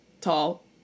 tall